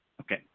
Okay